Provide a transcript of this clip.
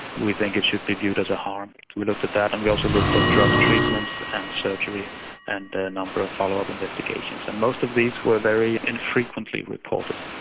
we think it should be viewed as a harm. we looked at that and we also looked at drug treatments and surgery and a number of follow-up investigations. and most of these were very infrequently reported.